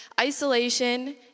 isolation